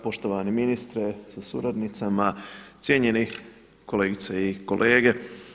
Poštovani ministre sa suradnicama, cijenjeni kolegice i kolege.